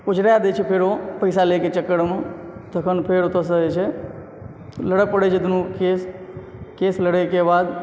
ओझरा दय छै फेर ओ पैसा लयके चक्करमे तखन फेर ओतएसँ जे छै लड़य पड़य छै दुनूके केस केस लड़ेके बाद